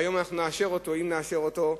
והיום נאשר אותו, אם נאשר אותו.